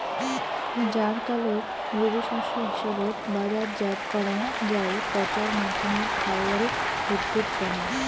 জ্বারকালত রবি শস্য হিসাবত বাজারজাত করাং যাই পচার মাধ্যমত আউয়াল বিদ্ধির তানে